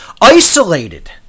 isolated